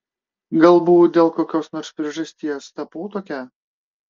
galbūt dėl kokios nors priežasties tapau tokia